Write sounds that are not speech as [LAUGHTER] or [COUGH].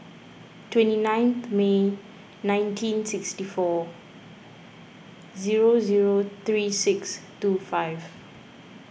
twenty nine [NOISE] May nineteen sixty four zero zero three six two five